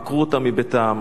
עקרו אותם מביתם,